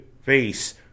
face